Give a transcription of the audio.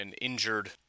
injured